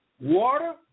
water